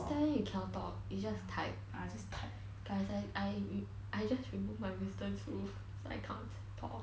just tell them you cannot talk you just type guys I I I just remove my wisdom tooth so I can't talk